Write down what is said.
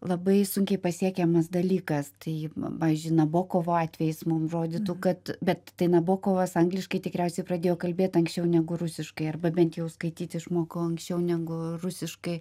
labai sunkiai pasiekiamas dalykas tai pavyzdžiui nabokovo atvejis mum rodytų kad bet tai nabokovas angliškai tikriausiai pradėjo kalbėt anksčiau negu rusiškai arba bent jau skaityt išmoko anksčiau negu rusiškai